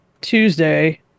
Tuesday